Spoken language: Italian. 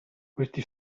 questi